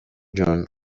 جون